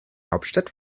hauptstadt